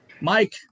Mike